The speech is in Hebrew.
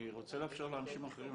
אני רוצה לאפשר לאנשים אחרים.